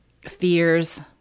fears